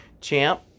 champ